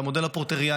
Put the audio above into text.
זה המודל הפורטריאני,